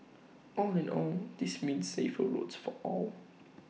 all in all this means safer roads for all